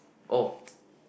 oh